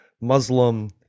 Muslim